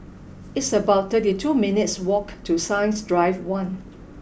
it's about thirty two minutes' walk to Science Drive One